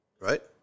right